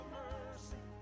mercy